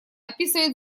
описывает